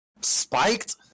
Spiked